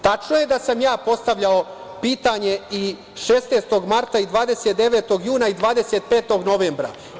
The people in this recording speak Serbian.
Tačno je da sam ja postavljao pitanje 16. marta i 29. juna i 25. novembra.